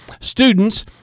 students